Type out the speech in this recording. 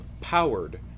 powered